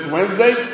Wednesday